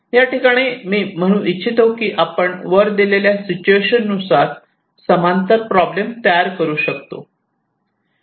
याठिकाणी मी म्हणू इच्छितो की आपण वर दिलेल्या सिच्युएशन नुसार समांतर प्रॉब्लेम तयार करू शकतो